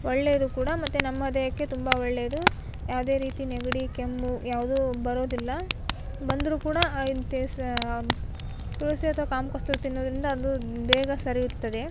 ಒಳ್ಳೆಯದು ಕೂಡ ಮತ್ತೆ ನಮ್ಮ ದೇಹಕ್ಕೆ ತುಂಬ ಒಳ್ಳೆಯದು ಯಾವುದೇ ರೀತಿ ನೆಗಡಿ ಕೆಮ್ಮು ಯಾವುದು ಬರೋದಿಲ್ಲ ಬಂದರು ಕೂಡ ಐದು ದಿವಸ ತುಳಸಿ ಅಥವಾ ಕಾಮ ಕಸ್ತೂರಿ ತಿನ್ನುವುದ್ರಿಂದ ಅದು ಬೇಗ ಸರಿ ಹೋಗ್ತದೆ